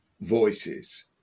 voices